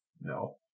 no